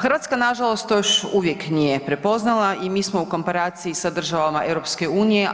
Hrvatska nažalost to još uvijek nije prepoznala i mi smo i mi smo u komparaciji sa državama EU-a